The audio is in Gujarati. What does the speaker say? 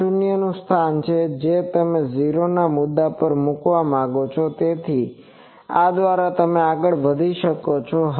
આ શૂન્યનું સ્થાન છે જે તમે 0 ના મુદ્દા પર મૂકવા માંગો છો તેથી આ દ્વારા તમે આગળ વધી શકો છો